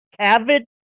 cabbage